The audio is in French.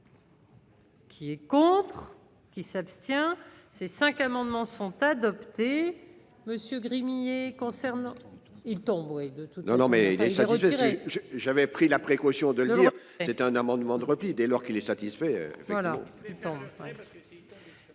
Qui est contre. Qui s'abstient ces cinq amendements sont adoptés. Monsieur Gremillet concerne il tombeau et de. Non, non, mais il est flagrant je j'avais pris la précaution de le dire, c'est un amendement de repli dès lors qu'il est satisfait enfin